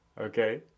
Okay